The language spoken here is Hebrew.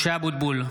(קורא בשמות חברי הכנסת) משה אבוטבול,